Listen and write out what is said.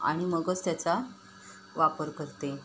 आणि मगच त्याचा वापर करते